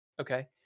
Okay